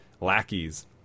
lackeys